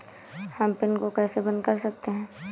हम पिन को कैसे बंद कर सकते हैं?